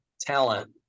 talent